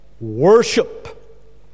Worship